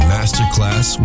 Masterclass